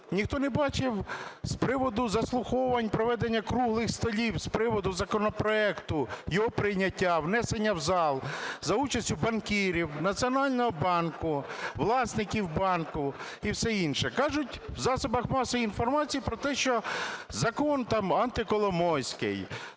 Ніхто не бачив з приводу заслуховувань, проведення круглих столів з приводу законопроекту, його прийняття, внесення в зал за участю банкірів, Національного банку, власників банку і все інше. Кажуть в засобах масової інформації про те, що закон там "антиколомойський",